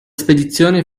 spedizione